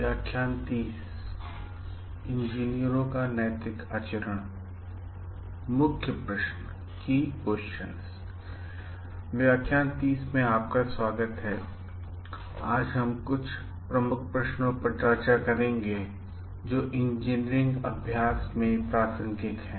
व्याख्यान - 30 में आपका स्वागत है आज हम कुछ प्रमुख प्रश्नों पर चर्चा करेंगे जो इंजीनियरिंग अभ्यास में प्रासंगिक हैं